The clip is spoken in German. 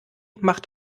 macht